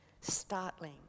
startling